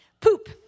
poop